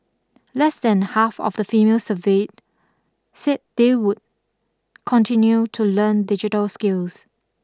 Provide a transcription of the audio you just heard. less than half of the females surveyed said they would continue to learn digital skills